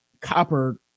copper